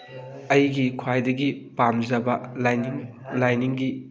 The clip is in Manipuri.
ꯑꯩꯒꯤ ꯈ꯭ꯋꯥꯏꯗꯒꯤ ꯄꯥꯝꯖꯕ ꯂꯥꯏꯅꯤꯡ ꯂꯥꯏꯅꯤꯡꯒꯤ